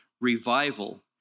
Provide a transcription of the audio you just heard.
revival